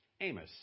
Amos